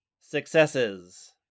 successes